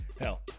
hell